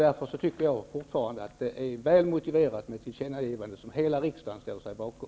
Därför tycker jag att det är väl motiverat med ett tillkännagivande som hela riksdagen ställer sig bakom.